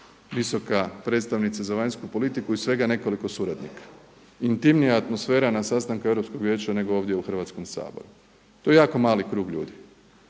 visoka predstavnica za vanjsku politiku i svega nekoliko suradnika. Intimnija atmosfera na sastanku Europskog vijeća nego ovdje u Hrvatskom saboru. To je jako mali krug ljudi